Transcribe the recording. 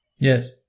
Yes